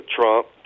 Trump